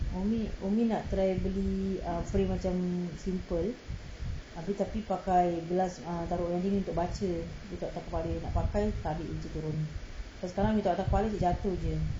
umi umi nak try beli err frama macam simple tapi pakai gelas taruh umi untuk baca letak atas kepala nak pakai tarik macam gitu sebab sekarang letak atas kepala asyik jatuh jer